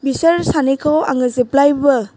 बिसोर सानैखौ आङो जेब्लायबो